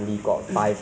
I think